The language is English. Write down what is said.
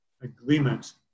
agreement